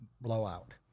blowout